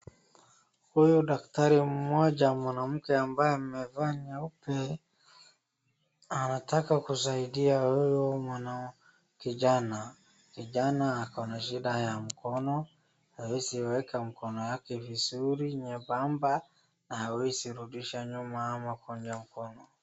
Huyu dakitari mmoja mwanamke ambaye amevaa nyeupe anataka kusaidia huyu kijana. kijana akona shida ya mkono, hawezi kuweka mkono yake vizuri nyembamba, hawezi rudisha nyuma ama kukunja mkono.